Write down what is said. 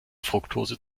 fruktose